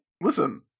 listen